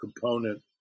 component